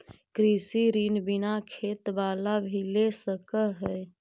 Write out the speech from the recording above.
कृषि ऋण बिना खेत बाला भी ले सक है?